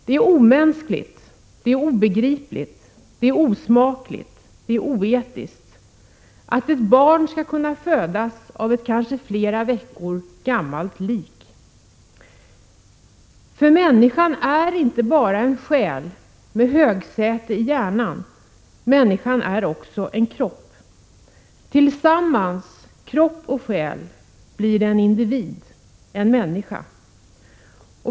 Det är omänskligt, det är obegripligt, det är osmakligt, det är oetiskt att ett barn skall födas av ett kanske flera veckor gammalt lik. Människan är inte bara en själ med högsäte i hjärnan. Människan är också en kropp. Tillsammans, kropp och själ, blir det en individ, en människa.